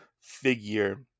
figure